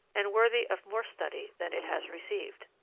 and worthy of more study than it has received.